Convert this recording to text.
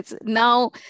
now